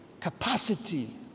capacity